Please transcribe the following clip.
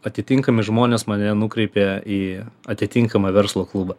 atitinkami žmonės mane nukreipė į atitinkamą verslo klubą